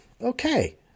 Okay